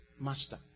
master